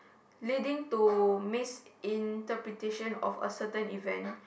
leading to misinterpretation of a certain event